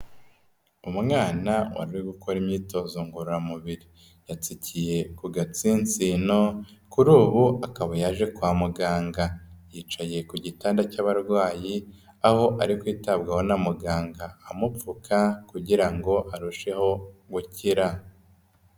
Umwana waruri gukora imyitozo ngororamubiri yatsikiye ku gatsinsino kuri ubu akaba yaje kwa muganga, yicaye ku gitanda cy'abarwayi aho ari kwitabwaho na muganga amupfuka kugira ngo arusheho gukira.